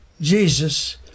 Jesus